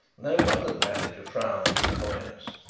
no wonder the manager frowned his annoyance.